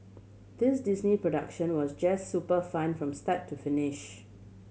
this Disney production was just super fun from start to finish